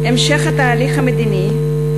המשך התהליך המדיני,